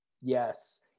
Yes